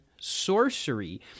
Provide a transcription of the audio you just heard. sorcery